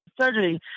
surgery